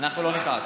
אנחנו לא נכעס.